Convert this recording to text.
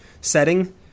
setting